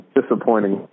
disappointing